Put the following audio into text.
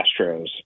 Astros